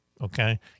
okay